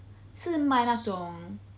是卖那种